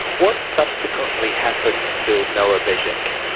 what subsequently happened to noa begic?